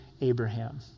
Abraham